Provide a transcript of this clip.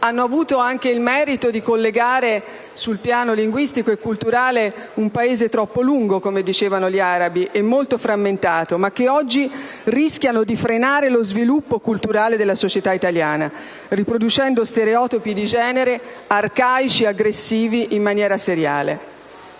hanno avuto anche il merito di collegare sul piano linguistico e culturale un Paese «troppo lungo», come dicevano gli arabi, e molto frammentato, mentre oggi rischiano di frenare lo sviluppo culturale della società italiana, riproducendo stereotipi di genere arcaici ed aggressivi, in maniera seriale.